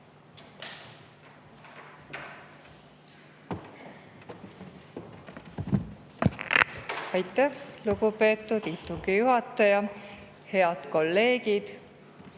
Aitäh, lugupeetud istungi juhataja! Head kolleegid!